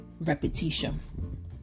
Repetition